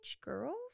girls